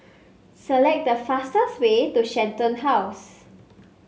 select the fastest way to Shenton House